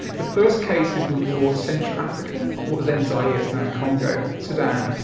the first cases were more central africa, what was then zaire, it is now congo, sudan,